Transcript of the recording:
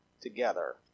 Together